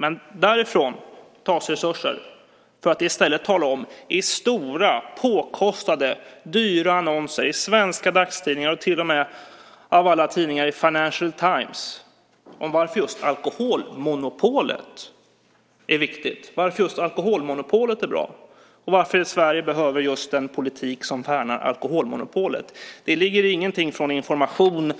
Men därifrån tas resurser för att i stället i stora påkostade dyra annonser i svenska dagstidningar och till och med i Financial Times av alla tidningar tala om varför just alkoholmonopolet är bra och varför Sverige behöver just den politik som värnar alkoholmonopolet. Där ligger ingen information